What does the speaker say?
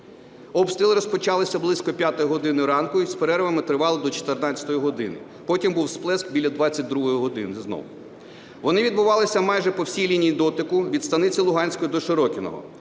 Обстріли розпочалися близько 5 години ранку і з перервами тривали до 14 години, потім був сплеск біля 22 години знов. Вони відбувалися майже по всій лінії дотику, від Станиці Луганської до Широкиного.